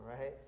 right